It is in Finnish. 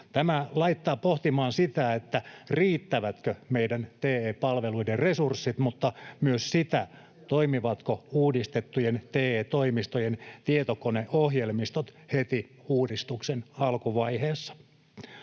Tämä laittaa pohtimaan sitä, riittävätkö meidän TE-palveluiden resurssit, mutta myös sitä, toimivatko uudistettujen TE-toimistojen tietokoneohjelmistot heti uudistuksen alkuvaiheessa.